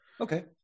okay